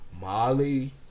Molly